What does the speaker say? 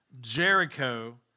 Jericho